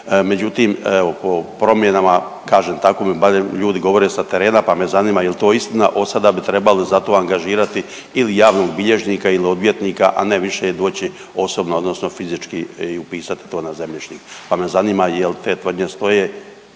međutim evo po promjenama kažem tako mi barem ljudi govore sa terena, pa me zanima jel to istina, odsada bi trebali za to angažirati ili javnog bilježnika ili odvjetnika, a ne više doći osobno odnosno fizički i upisati to na zemljišnik, pa me zanima jel te tvrdnje stoje